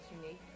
unique